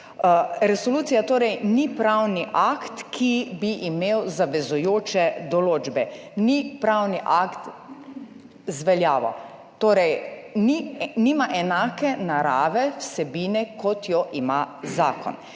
Resolucija torej ni pravni akt, ki bi imel zavezujoče določbe, ni pravni akt z veljavo, torej nima enake narave vsebine, kot jo ima zakon.